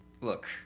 Look